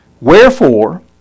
Wherefore